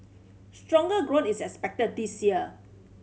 stronger growth is expected this year